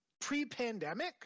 pre-pandemic